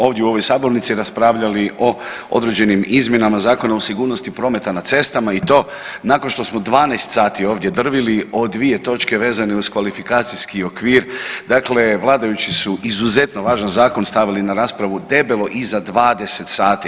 ovdje u ovoj sabornici raspravljali o određenim izmjenama Zakona o sigurnosti prometa na cestama i to nakon što smo 12 sati ovdje drvili o dvije točke vezane uz kvalifikacijski okvir, dakle vladajući su izuzetno važan zakon stavili na raspravu debelo iza 20 sati.